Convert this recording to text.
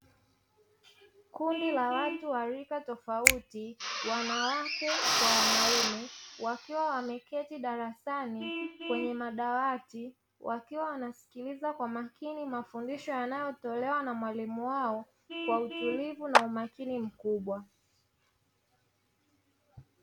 Kundi la watu wa rika tofauti wanawake kwa wanaume wakiwa wameketi darasani kwenye madawati wakiwa wanasikiliza kwa makini mafundisho yanayotolewa na mwalimu wao kwa utulivu na umakini mkubwa.